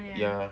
ya